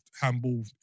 handball